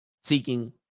seeking